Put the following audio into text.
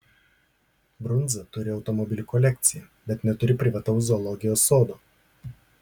brunza turi automobilių kolekciją bet neturi privataus zoologijos sodo